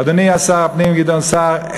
אדוני שר הפנים גדעון סער,